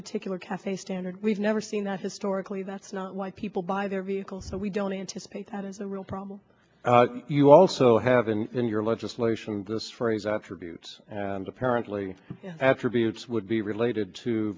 particular cafe standard we've never seen that historically that's not why people buy their vehicles so we don't anticipate that is a real problem you also have in in your legislation this phrase attributes and apparently after abuse would be related to